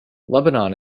lebanon